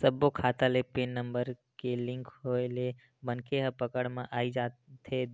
सब्बो खाता ले पेन नंबर के लिंक के होय ले मनखे ह पकड़ म आई जाथे